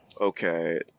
Okay